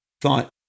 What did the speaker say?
thought